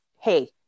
Hey